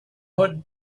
what